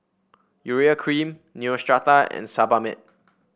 Urea Cream Neostrata and Sebamed